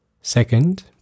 Second